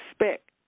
respect